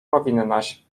powinnaś